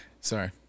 Sorry